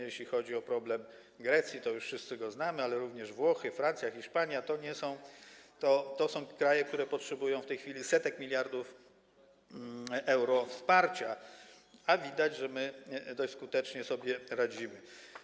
Jeśli chodzi o problem Grecji, to już wszyscy go znamy, ale również Włochy, Francja czy Hiszpania to kraje, które potrzebują w tej chwili setek miliardów euro wsparcia, a widać, że my dość skutecznie sobie radzimy.